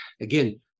Again